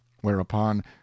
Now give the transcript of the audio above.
whereupon